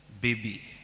baby